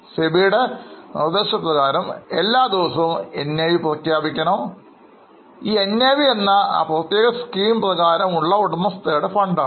SEBI ടെ നിർദ്ദേശപ്രകാരം എല്ലാ ദിവസവും NAV പ്രഖ്യാപിക്കണം ഈ NAV എന്നാൽ ആ പ്രത്യേക സ്കീം പ്രകാരം ഉള്ള ഉടമസ്ഥരുടെ ഫണ്ടാണ്